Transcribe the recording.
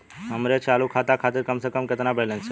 हमरे चालू खाता खातिर कम से कम केतना बैलैंस चाही?